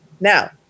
Now